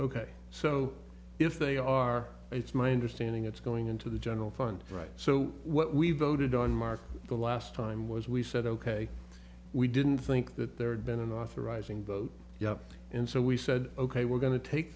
ok so if they are it's my understanding it's going into the general fund right so what we voted on mark the last time was we said ok we didn't think that there had been an authorizing vote yup and so we said ok we're going t